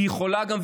היא יכולה גם,